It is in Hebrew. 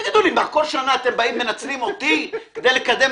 תגידו לי, כל שנה אתם באים, מנצלים אותי כדי לקדם